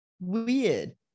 weird